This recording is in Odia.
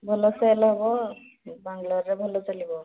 ଭଲ ସେଲ ହେବ ବାଙ୍ଗଲୋରରେ ଭଲ ଚାଲିବ